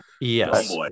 Yes